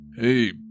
Hey